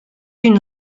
une